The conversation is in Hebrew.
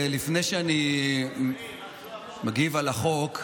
לפני שאני מגיב על החוק,